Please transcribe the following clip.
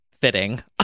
fitting